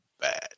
bad